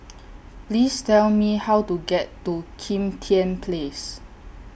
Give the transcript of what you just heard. Please Tell Me How to get to Kim Tian Place